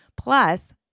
plus